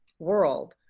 world.